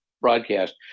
broadcast